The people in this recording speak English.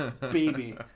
baby